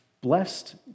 Blessed